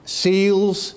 seals